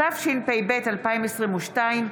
התשפ"ב 2022,